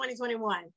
2021